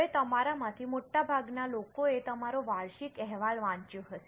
હવે તમારામાંથી મોટાભાગના લોકોએ તમારો વાર્ષિક અહેવાલ વાંચ્યો હશે